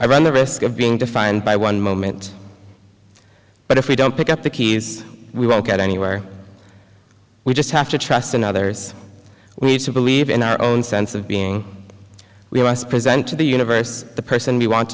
i run the risk of being defined by one moment but if we don't pick up the keys we won't get anywhere we just have to trust in others we need to believe in our own sense of being we want to present to the universe the person we want